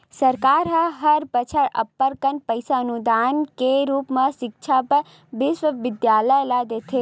सरकार ह हर बछर अब्बड़ कन पइसा अनुदान के रुप म सिक्छा बर बिस्वबिद्यालय ल देथे